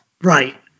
right